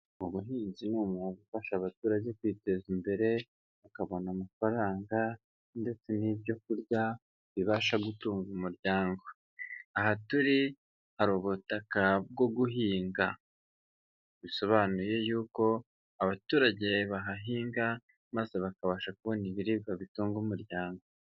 Ubuhinzi ni umuntu ufasha abaturage kwiteza imbere, bakabona amafaranga ndetse n'ibyo kurya bibasha gutunga umuryango, aha turi hari ubutaka bwo guhinga, bisobanuye yuko abaturage bahahinga maze bakabasha kubona ibiribwa bitunga umuryango.